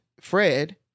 Fred